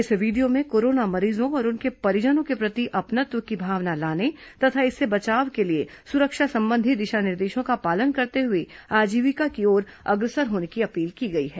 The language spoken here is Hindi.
इस वीडियो में कोरोना मरीजों और उनके परिजनों के प्रति अपनत्न की भावना लाने तथा इससे बचाव के लिए सुरक्षा संबंधी दिशा निर्देशों का पालन करते हुए आजीविका की ओर अग्रसर होने की अपील की गई है